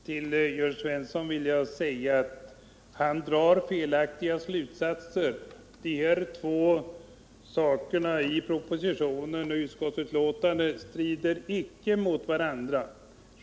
Herr talman! Jag vill säga till Jörn Svensson att han drar felaktiga slutsatser. De här två uttalandena i propositionen och utskottsbetänkandet strider inte mot varandra.